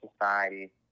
society